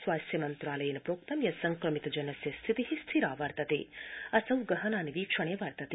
स्वास्थ्य मन्त्रालयेन प्रोक्तं यत् संक्रमित जनस्य स्थिति स्थिरा वर्तते असौ गहनान्वीक्षणे वर्तते